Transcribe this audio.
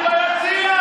בבקשה.